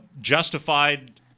justified